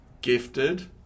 gifted